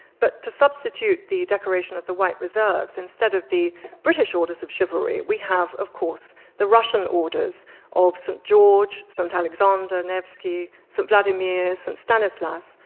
but to substitute the decoration of the white reserves, instead of the british orders of chivalry, we have of course the russian orders of st. george, st. alexander nevsky, st. vladimir, st. stanislaus,